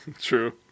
True